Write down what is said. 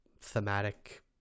thematic